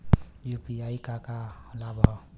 UPI क का का लाभ हव?